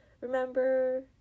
remember